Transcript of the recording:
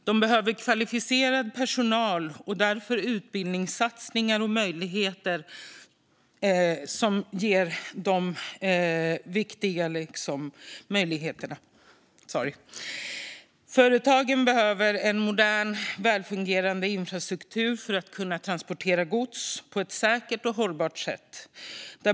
De behöver kvalificerad personal, och därför är utbildningssatsningar och möjligheter viktiga. Företagen behöver en modern välfungerande infrastruktur för att kunna transportera gods på ett säkert och hållbart sätt.